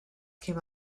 came